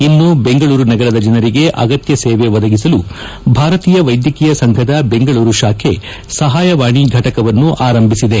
ಇನ್ನೂ ಬೆಂಗಳೂರು ನಗರದ ಜನರಿಗೆ ಅಗತ್ಯ ಸೇವೆ ಒದಗಿಸಲು ಭಾರತೀಯ ವೈದ್ಯಕೀಯ ಸಂಘದ ಬೆಂಗಳೂರು ಶಾಖೆ ಸಹಾಯವಾಣಿ ಫಟಕವನ್ನು ಆರಂಭಿಸಿದೆ